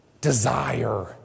desire